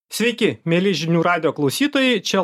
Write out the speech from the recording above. sveiki mieli žinių radijo klausytojai čia